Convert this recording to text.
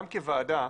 גם כוועדה,